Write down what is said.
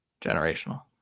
generational